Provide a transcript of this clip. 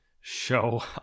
show